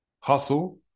hustle